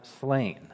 slain